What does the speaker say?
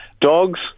Dogs